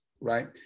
right